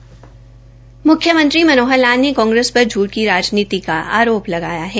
म्ख्यमंत्री मनोहर लाल ने कांग्रेस पर झूठ की रा नीति करने का आरोप लगाया है